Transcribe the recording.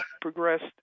progressed